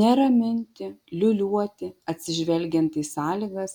ne raminti liūliuoti atsižvelgiant į sąlygas